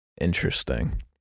Interesting